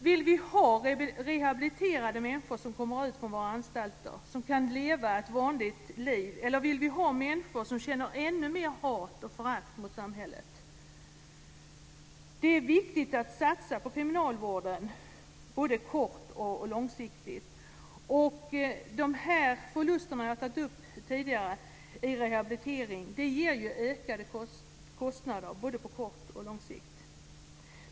Vill vi ha rehabiliterade människor, som kan leva ett vanligt liv, som kommer ut från våra anstalter? Eller vill vi ha människor som känner ännu mer hat och förakt mot samhället? Det är viktigt att satsa på kriminalvården - både kort och långsiktigt. De förluster i rehabilitering som jag har tagit upp tidigare ger ökade kostnader på både kort och lång sikt.